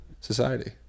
society